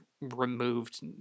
removed